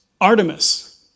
Artemis